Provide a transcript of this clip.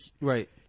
Right